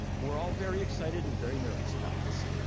we're all very excited and very nervous about this.